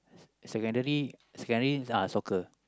secondary secondary uh soccer